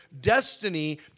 destiny